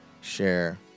share